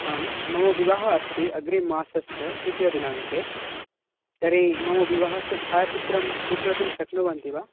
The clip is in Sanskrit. आं मम विवाहः अस्ति अग्रिममासस्य तृतीयदिनाङ्के तर्हि मम विवाहस्य छायाचित्रं स्वीकर्तुं शक्नुवन्ति वा